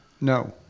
No